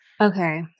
Okay